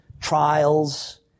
trials